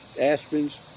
aspens